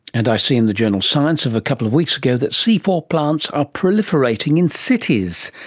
and i see in the journal science of a couple of weeks ago that c four plants are proliferating in cities,